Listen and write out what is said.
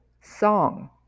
song